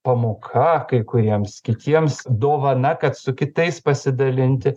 pamoka kai kuriems kitiems dovana kad su kitais pasidalinti